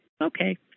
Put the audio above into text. Okay